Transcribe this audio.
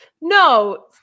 No